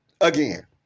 again